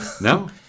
No